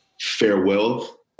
farewell